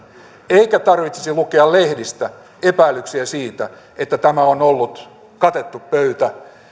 eikä tarvitsisi lukea lehdistä epäilyksiä siitä että tämä on ollut katettu pöytä